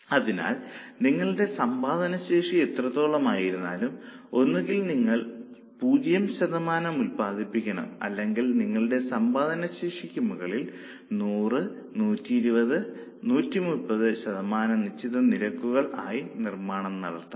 അതിനാൽ നിങ്ങളുടെ സമ്പാദന ശേഷി എത്രത്തോളമായിരുന്നാലും ഒന്നുകിൽ നിങ്ങൾ 0 ശതമാനം ഉത്പാദിപ്പിക്കണം അല്ലെങ്കിൽ നിങ്ങളുടെ സമ്പാദന ശേഷിക്ക് മുകളിൽ 100 120 അല്ലെങ്കിൽ 130 ശതമാനം നിശ്ചിത നിരക്കുകൾ ആയി നിർമ്മാണം നടത്തണം